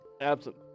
Absent